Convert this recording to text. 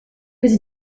his